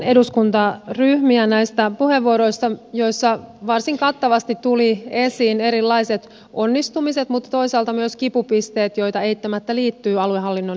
kiitän eduskuntaryhmiä näistä puheenvuoroista joissa varsin kattavasti tulivat esiin erilaiset onnistumiset mutta toisaalta myös kipupisteet joita eittämättä liittyy aluehallinnon uudistukseen